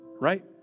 right